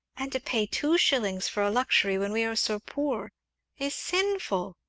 and to pay two shillings for a luxury when we are so poor is sinful!